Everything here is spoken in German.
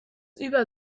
über